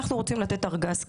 אנחנו רוצים לתת ארגז כלים.